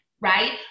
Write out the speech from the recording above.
right